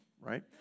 right